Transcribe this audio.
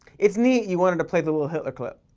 it's neat you wanted to play the little hitler clip,